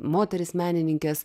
moteris menininkes